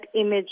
image